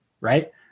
right